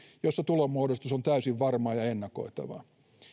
jolla tulonmuodostus on täysin varmaa ja ennakoitavaa